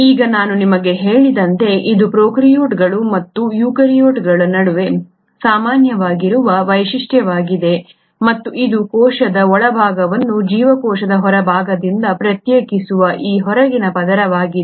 ಈಗ ನಾನು ನಿಮಗೆ ಹೇಳಿದಂತೆ ಇದು ಪ್ರೊಕಾರ್ಯೋಟ್ಗಳು ಮತ್ತು ಯೂಕ್ಯಾರಿಯೋಟ್ಗಳ ನಡುವೆ ಸಾಮಾನ್ಯವಾಗಿರುವ ವೈಶಿಷ್ಟ್ಯವಾಗಿದೆ ಮತ್ತು ಇದು ಕೋಶದ ಒಳಭಾಗವನ್ನು ಜೀವಕೋಶದ ಹೊರಭಾಗದಿಂದ ಪ್ರತ್ಯೇಕಿಸುವ ಈ ಹೊರಗಿನ ಪದರವಾಗಿದೆ